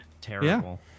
Terrible